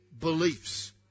beliefs